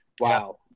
wow